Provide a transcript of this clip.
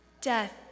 Death